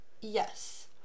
yes